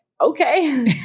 okay